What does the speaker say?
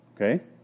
Okay